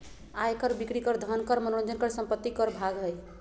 आय कर, बिक्री कर, धन कर, मनोरंजन कर, संपत्ति कर भाग हइ